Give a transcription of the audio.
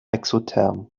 exotherm